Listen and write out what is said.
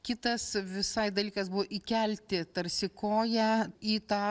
kitas visai dalykas buvo įkelti tarsi koją į tą